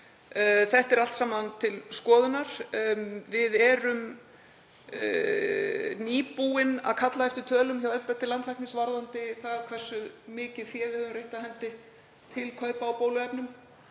Þetta er allt saman til skoðunar. Við erum nýbúin að kalla eftir tölum hjá embætti landlæknis varðandi það hversu mikið fé við höfum reitt af hendi til kaupa á bóluefnum.